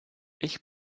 ich